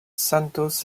santos